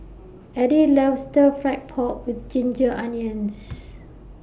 Eddie loves Stir Fry Pork with Ginger Onions